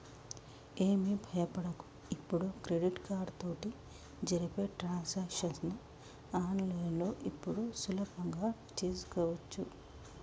ఏమి భయపడకు ఇప్పుడు క్రెడిట్ కార్డు తోటి జరిపే ట్రాన్సాక్షన్స్ ని ఆన్లైన్లో ఇప్పుడు సులభంగా చేసుకోవచ్చు